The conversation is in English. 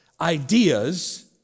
ideas